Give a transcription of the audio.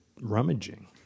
rummaging